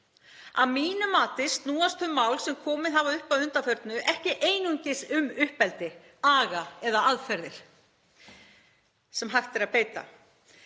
Að mínu mati snúast þau mál sem komið hafa upp að undanförnu ekki einungis um uppeldi, aga eða aðferðir sem hægt er að beita